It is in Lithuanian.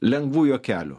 lengvų juokelių